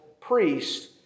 priest